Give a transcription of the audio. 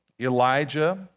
Elijah